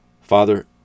Father